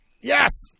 yes